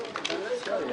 10:20.